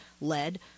lead